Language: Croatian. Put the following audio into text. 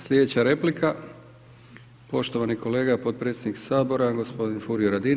Sljedeća replika poštovani kolega potpredsjednik Sabora, gospodin Furio Radin.